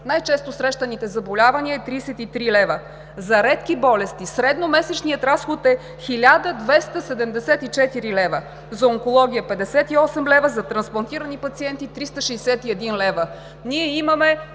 най-често срещаните заболявания, 33 лв.; за редки болести средномесечният разход е 1274 лв.; за онкология – 58 лв., за трансплантирани пациенти – 361 лв. Ние имаме